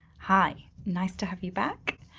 hi, nice to have you back.